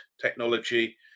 technology